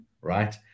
right